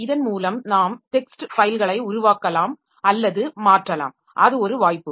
இதன் மூலம் நாம் டெக்ஸ்ட் ஃபைல்களை உருவாக்கலாம் அல்லது மாற்றலாம் அது ஒரு வாய்ப்பு